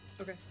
Okay